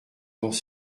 dans